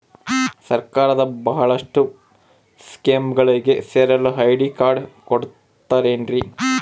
ಸರ್ಕಾರದ ಬಹಳಷ್ಟು ಸ್ಕೇಮುಗಳಿಗೆ ಸೇರಲು ಐ.ಡಿ ಕಾರ್ಡ್ ಕೊಡುತ್ತಾರೇನ್ರಿ?